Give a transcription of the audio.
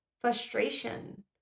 frustration